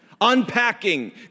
unpacking